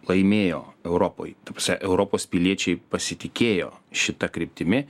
laimėjo europoj ta prasme europos piliečiai pasitikėjo šita kryptimi